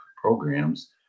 programs